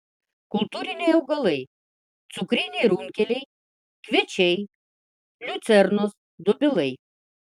kultūriniai augalai cukriniai runkeliai kviečiai liucernos dobilai